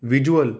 visual